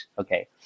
Okay